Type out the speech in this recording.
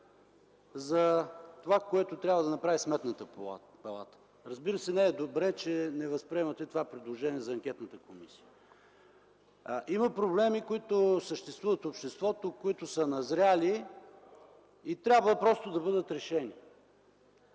за това, което трябва да направи Сметната палата. Разбира се, не е добре, че не възприемате това предложение за анкетната комисия. Има проблеми, които съществуват в обществото, които са назрели и трябва просто да бъдат решени.